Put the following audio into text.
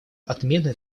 отмены